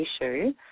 issue